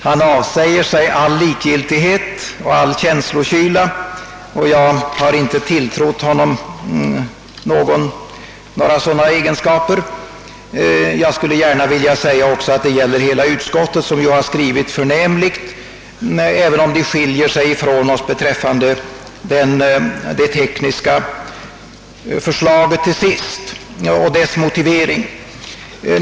Han avsäger sig all likgiltighet och all känslokyla jag har inte tilltrott honom några sådana egenskaper. Jag skulle också vilja säga att detta gäller hela utskottet som skrivit förnämligt, även om utskottet till sist skiljer sig från oss reservanter i fråga om det tekniska yrkandet och dess motivering.